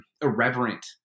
irreverent